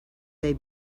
they